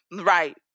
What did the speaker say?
right